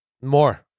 More